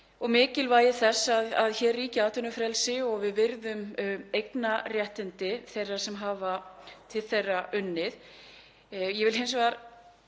mikilvægi þess að hér ríki atvinnufrelsi og að við virðum eignarréttindi þeirra sem hafa til þeirra unnið.